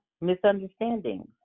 misunderstandings